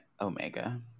Omega